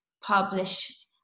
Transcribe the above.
publish